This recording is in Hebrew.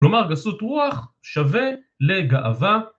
כלומר גסות רוח שווה לגאווה.